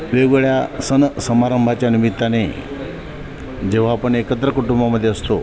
वेगवेगळ्या सण समारंभाच्या निमित्ताने जेव्हा आपण एकत्र कुटुंबामध्ये असतो